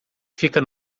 fica